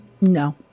No